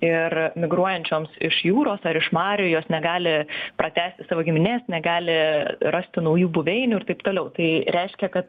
ir migruojančioms iš jūros ar iš marių jos negali pratęsti savo giminės negali rasti naujų buveinių ir taip toliau tai reiškia kad